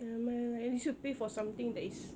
nevermind lah at least you pay for something that is